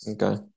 Okay